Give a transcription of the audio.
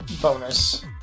bonus